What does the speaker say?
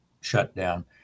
shutdown